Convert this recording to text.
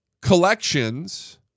collections